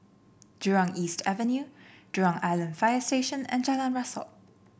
Jurong East Avenue Jurong Island Fire Station and Jalan Rasok